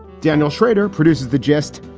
daniel shrader produces the gist.